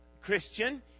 Christian